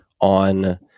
on